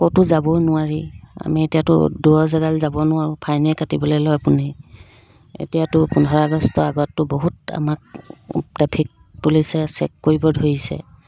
ক'তো যাবও নোৱাৰি আমি এতিয়াতো দূৰৰ জেগালৈ যাব নোৱাৰোঁ ফাইনে কাটিবলৈ লয় আপুনি এতিয়াতো পোন্ধৰ আগষ্টৰ আগততো বহুত আমাক ট্ৰেফিক পুলিচে চেক কৰিব ধৰিছে